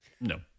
No